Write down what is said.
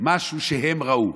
משהו שהם ראו.